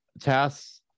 tasks